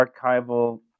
archival